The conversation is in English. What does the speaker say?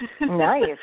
Nice